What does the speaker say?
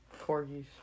Corgis